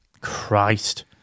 Christ